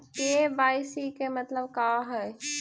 KYC के मतलब का हई?